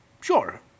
sure